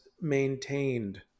maintained